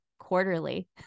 quarterly